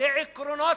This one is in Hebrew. לעקרונות